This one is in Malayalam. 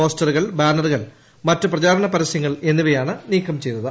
പോസ്റ്ററുകൾ ബാനറുകൾ മറ്റു പ്രചാരണ പരസ്യങ്ങൾ എന്നിവയാണ് നീക്കം ചെയ്തത്